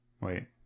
wait